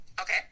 Okay